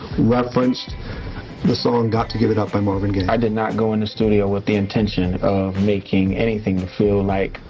referenced the song got to give it up by marvin gaye? i did not go into the studio with the intention making anything feeling like,